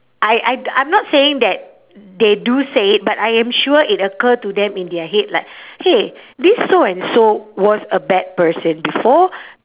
I I I'm not saying that they do say it but I am sure it occur to them in their head like !hey! this so and so was a bad person before